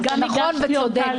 זה נכון וצודק.